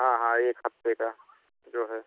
हाँ हाँ एक हफ्ते का जो है